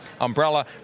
umbrella